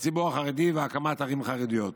לציבור החרדי והקמת ערים חרדיות.